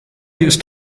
ist